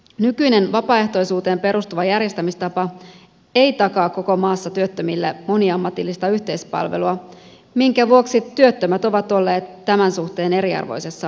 nykyinen vapaaehtoisuuteen perustuva järjestämistapa ei takaa koko maassa työttömille moniammatillista yhteispalvelua minkä vuoksi työttömät ovat olleet tämän suhteen eriarvoisessa asemassa